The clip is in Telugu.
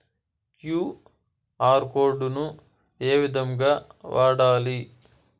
క్యు.ఆర్ కోడ్ ను ఏ విధంగా వాడాలి?